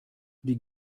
die